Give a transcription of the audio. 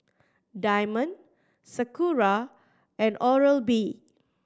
Diamond Sakura and Oral B